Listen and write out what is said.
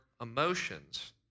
emotions